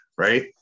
right